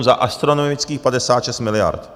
Za astronomických 56 miliard.